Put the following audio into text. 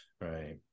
right